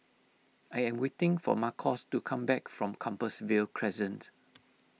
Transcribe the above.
I am waiting for Marcos to come back from Compassvale Crescent